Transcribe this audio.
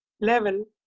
level